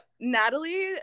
Natalie